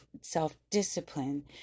self-discipline